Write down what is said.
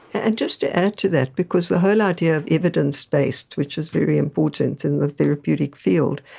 and just to add to that, because the whole idea of evidence-based which is very important in the therapeutic field,